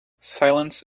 silence